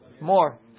more